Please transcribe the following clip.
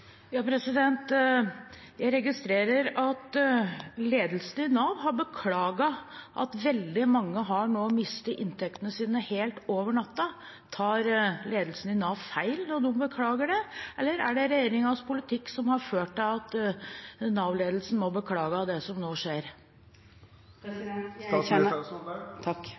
Jeg registrerer at ledelsen i Nav har beklaget at veldig mange har mistet inntekten sin over natten. Tar ledelsen i Nav feil når de beklager det, eller er det regjeringens politikk som har ført til at Nav-ledelsen må beklage det som nå